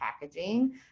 packaging